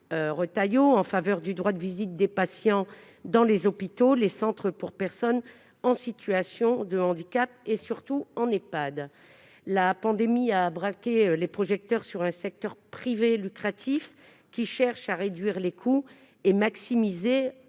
en faveur du droit de visite des patients dans les hôpitaux, dans les centres pour personnes en situation de handicap et surtout en Ehpad. La pandémie a braqué les projecteurs sur un secteur privé à but lucratif, qui cherche à réduire les coûts et à maximiser les